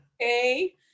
okay